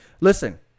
listen